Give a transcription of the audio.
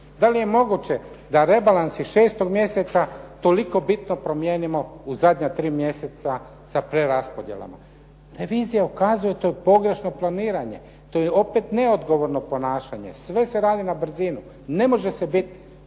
Da li je moguće da rebalans iz 6. mjeseca toliko bitno promijenimo u zadnja tri mjeseca sa preraspodjelama. Revizija ukazuje, to je pogrešno planiranje. To je opet neodgovorno ponašanje. Sve se radi na brzinu. Ne može se biti